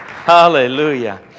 Hallelujah